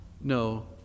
no